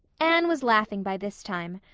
anne was laughing by this time.